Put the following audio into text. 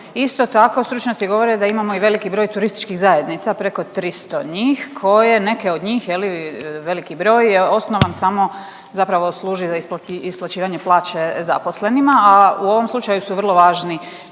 isto tako stručnjaci govore da imamo i veliki broj TZ-a, preko 300 njih koje neke od njih veliki broj je osnovan samo zapravo služi za isplaćivanje plaće zaposlenima, a u ovom slučaju su vrlo važni